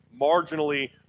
marginally